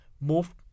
move